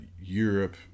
Europe